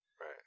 Right